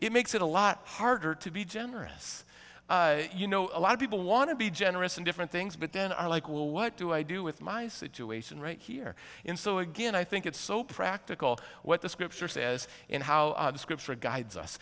it makes it a lot harder to be generous you know a lot of people want to be generous and different things but then i'm like well what do i do with my situation right here in so again i think it's so practical what the scripture says and how the scripture guides us